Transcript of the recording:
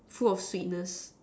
full of sweetness